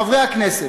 חברי הכנסת,